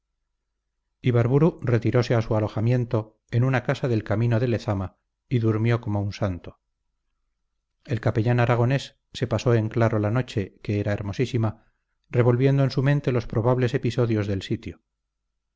ibarburu retirose a su alojamiento en una casa del camino de lezama y durmió como un santo el capellán aragonés se pasó en claro la noche que era hermosísima revolviendo en su mente los probables episodios del sitio